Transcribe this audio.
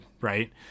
right